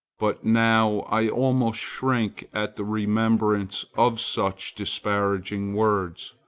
but now i almost shrink at the remembrance of such disparaging words.